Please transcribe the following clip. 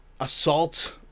assault